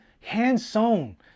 hand-sewn